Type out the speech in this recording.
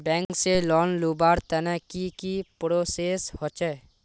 Bank से loan लुबार तने की की प्रोसेस होचे?